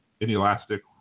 inelastic